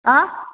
आं